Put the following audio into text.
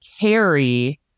carry